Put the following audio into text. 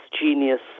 genius